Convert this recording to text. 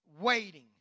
waiting